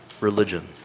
religion